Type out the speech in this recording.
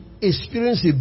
experience